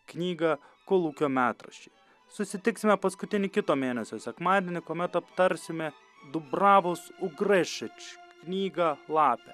knygą kolūkio metraščiai susitiksime paskutinį kito mėnesio sekmadienį kuomet aptarsime dubravos ugrešič knygą lapė